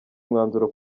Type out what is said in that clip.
umwanzuro